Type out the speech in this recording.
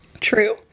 True